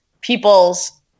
people's